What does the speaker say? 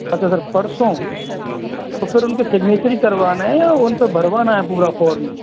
अच्छा सर परसों तो फिर उनके सिग्नेचर ही करवाने हैं या उनसे भरवाना है पूरा फ़ॉर्म